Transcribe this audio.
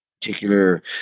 particular